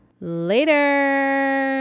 Later